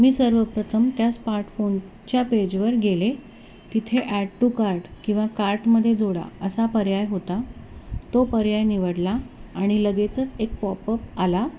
मी सर्वप्रथम त्या स्मार्टफोनच्या पेजवर गेले तिथे ॲड टू कार्ट किंवा कार्टमध्ये जोडा असा पर्याय होता तो पर्याय निवडला आणि लगेचच एक पॉपअप आला